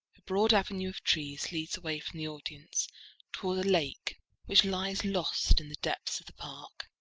a broad avenue of trees leads away from the audience toward a lake which lies lost in the depths of the park.